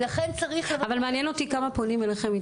אבל מעניין אותי כמה פונים אליכם,